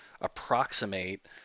approximate